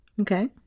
Okay